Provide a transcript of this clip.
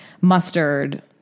mustard